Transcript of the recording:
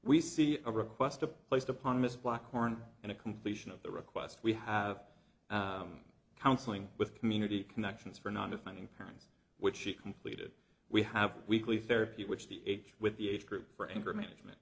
we see a request a placed upon miss black horn and a completion of the request we have counseling with community connections for not defining pounds which she completed we have weekly therapy which the age with the age group for anger management